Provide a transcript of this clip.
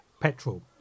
petrol